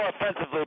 offensively